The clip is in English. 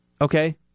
Okay